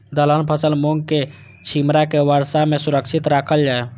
दलहन फसल मूँग के छिमरा के वर्षा में सुरक्षित राखल जाय?